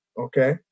Okay